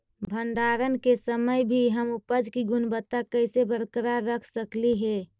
भंडारण के समय भी हम उपज की गुणवत्ता कैसे बरकरार रख सकली हे?